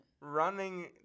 Running